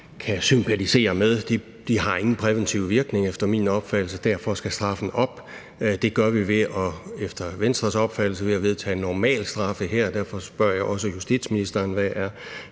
har efter min opfattelse ingen præventiv virkning. Derfor skal straffen op, og det gør vi efter Venstres opfattelse ved at vedtage normalstraffe her. Derfor spørger jeg også justitsministeren, hvad